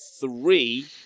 three